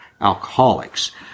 alcoholics